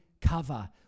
cover